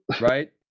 Right